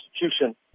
constitution